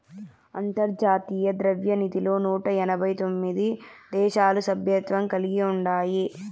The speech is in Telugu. అంతర్జాతీయ ద్రవ్యనిధిలో నూట ఎనబై తొమిది దేశాలు సభ్యత్వం కలిగి ఉండాయి